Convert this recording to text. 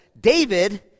David